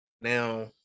Now